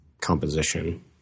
composition